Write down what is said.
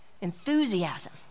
Enthusiasm